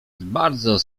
bardzo